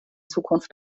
zukunft